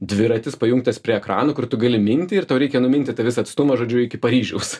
dviratis pajungtas prie ekranų kur tu gali minti ir tau reikia numinti tą visą atstumą žodžiu iki paryžiaus